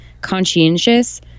conscientious